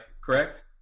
Correct